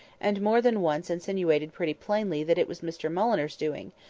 and more than once insinuated pretty plainly that it was mr mulliner's doing,